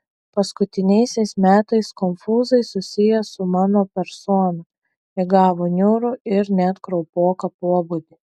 paskutiniais metais konfūzai susiję su mano persona įgavo niūrų ir net kraupoką pobūdį